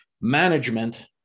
Management